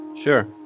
Sure